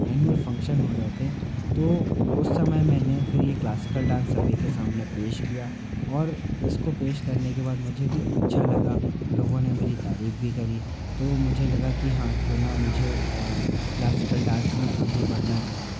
annual function हो रहे थे तो उस समय मैंने फिर ये क्लासिकल डांस सभी के सामने पेश किया और इसको पेश करने के बाद मुझे भी अच्छा लगा लोगों ने मेरी तारीफ भी करी तो मुझे लगा कि हाँ क्यों ना मुझे क्लासिकल डांस में आगे बढ़ना चाहिए